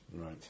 Right